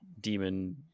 demon